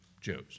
Jews